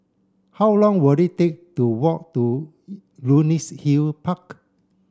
how long will it take to walk to Luxus Hill Park